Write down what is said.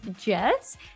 Jess